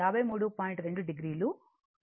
2 o logging